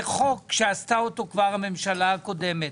זה חוק שעשתה אותו כבר הממשלה הקודמת.